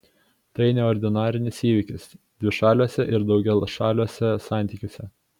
tai neordinarinis įvykis dvišaliuose ir daugiašaliuose santykiuose